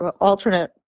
alternate